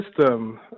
system